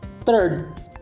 Third